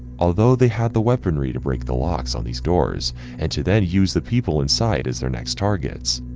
although they had the weaponry to break the locks on these doors and to then use the people inside as their next targets.